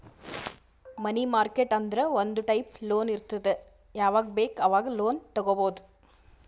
ಮನಿ market ಅಂದುರ್ ಒಂದ್ type loan ಇರ್ತುದ್ ಯಾವಾಗ್ ಬೇಕ್ ಆವಾಗ್ ಲೋನ್ ತಗೊಬೋದ್